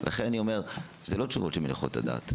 לכן אני אומר שאלו לא תשובות שמניחות את הדעת,